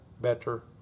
better